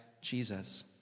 Jesus